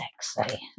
sexy